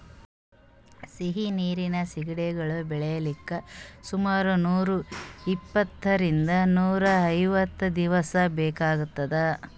ಸಿಹಿ ನೀರಿನ್ ಸಿಗಡಿಗೊಳ್ ಬೆಳಿಲಿಕ್ಕ್ ಸುಮಾರ್ ನೂರ್ ಇಪ್ಪಂತ್ತರಿಂದ್ ನೂರ್ ಐವತ್ತ್ ದಿವಸ್ ಬೇಕಾತದ್